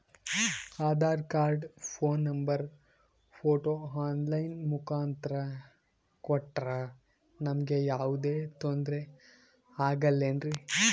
Aadhaar card, phone number, photo online ಮುಖಾಂತ್ರ ಕೊಟ್ರ ನಮಗೆ ಯಾವುದೇ ತೊಂದ್ರೆ ಆಗಲೇನ್ರಿ?